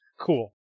Cool